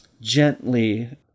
gently